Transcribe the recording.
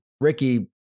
Ricky